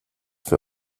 für